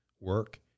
work